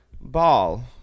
ball